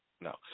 No